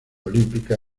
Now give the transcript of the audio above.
olímpica